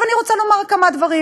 עכשיו אני רוצה לומר כמה דברים